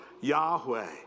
Yahweh